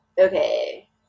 Okay